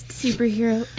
superhero